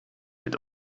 mit